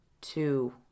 two